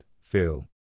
Phil